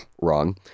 wrong